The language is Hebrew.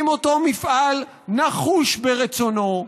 אם אותו מפעל נחוש ברצונו,